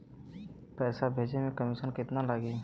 पैसा भेजे में कमिशन केतना लागि?